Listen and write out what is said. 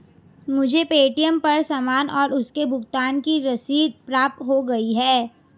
मुझे पे.टी.एम पर सामान और उसके भुगतान की रसीद प्राप्त हो गई है